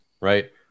right